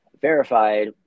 verified